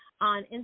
on